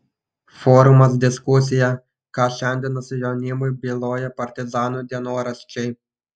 forumas diskusija ką šiandienos jaunimui byloja partizanų dienoraščiai